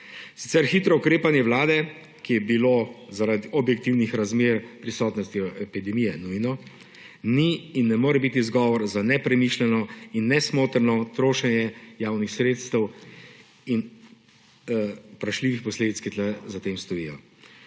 Sicer hitro ukrepanje Vlade, ki je bilo zaradi objektivnih razmer prisotnosti epidemije nujno, ni in ne more biti izgovor za nepremišljeno in nesmotrno trošenje javnih sredstev in vprašljivih posledic, ki za tem stojijo.